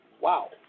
Wow